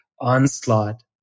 onslaught